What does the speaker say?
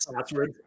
password